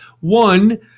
One